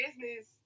business